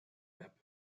map